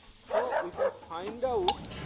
so we can find out